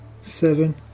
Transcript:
seven